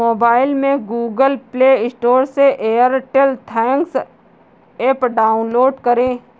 mobile में Google Play Store से Airtel thanks app download करें